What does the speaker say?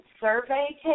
survey